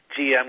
GM